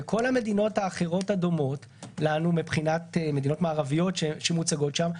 בכל המדינות האחרות הדומות לנו מבחינת מדינות מערביות שמוצגות שם,